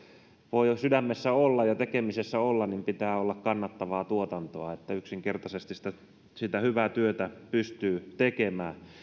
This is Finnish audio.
voi sydämessä ja tekemisessä olla niin pitää olla kannattavaa tuotantoa että yksinkertaisesti sitä sitä hyvää työtä pystyy tekemään